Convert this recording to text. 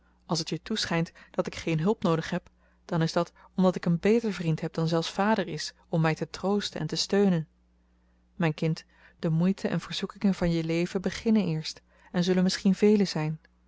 als het je toeschijnt dat ik geen hulp noodig heb dan is dat omdat ik een beter vriend heb dan zelfs vader is om mij te troosten en te steunen mijn kind de moeiten en verzoekingen van je leven beginnen eerst en zullen misschien vele zijn